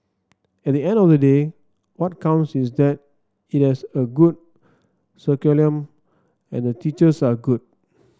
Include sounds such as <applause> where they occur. at the end of the day what counts is that it has a good <unintelligible> and the teachers are good